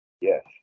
Yes